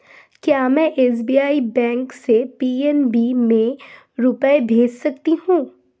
क्या में SBI bank से पी.एन.बी में रुपये भेज सकती हूँ?